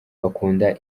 bakunda